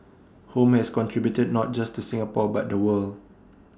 home has contributed not just to Singapore but the world